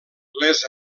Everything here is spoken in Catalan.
les